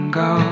go